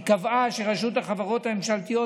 היא קבעה שרשות החברות הממשלתיות,